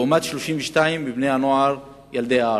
לעומת 32% מבני הנוער ילידי הארץ.